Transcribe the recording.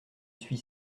suis